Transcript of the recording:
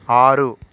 ఆరు